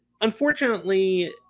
unfortunately